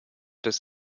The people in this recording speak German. des